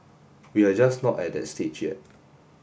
we are just not at that stage yet